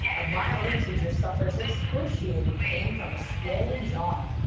a violent teacher severs excruciating pain from a swollen jaw.